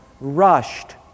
rushed